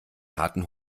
harten